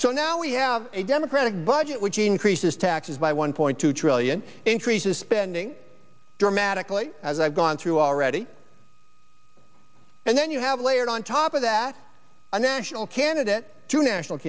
so now we have a democratic budget which increases taxes by one point two trillion increases spending dramatically as i've gone through already and then you have layered on top of that a national candidate to national